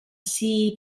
sea